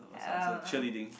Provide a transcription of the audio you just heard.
what's the answer cheerleading